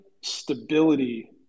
stability